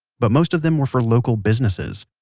but most of them were for local businesses.